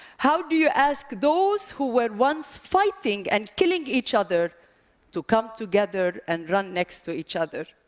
how do you ask those who were once fighting and killing each other to come together and run next to each other?